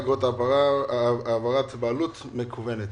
אגרות העברת בעלות מקוונת.